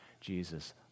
Jesus